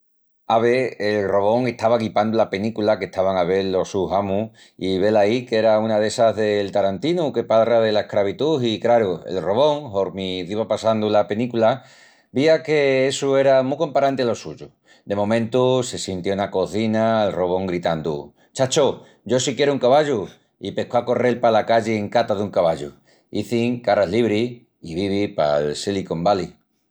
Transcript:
Ave, el robón estava guipandu la penícula qu'estavan a vel los sus amus i velaí qu'era una d'essas del Tarantinu que palra dela escravitú i, craru, el robón, hormi diva passandu la penícula vía qu'essu era mu comparanti alo suyu. De momentu se sintió ena cozina al robón gritandu: chacho, yo si quieru un cavallu, i pescó a correl pala calli en cata dun cavallu. Izin qu'ara es libri i vivi pal Silicon Valley.